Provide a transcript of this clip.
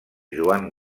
joan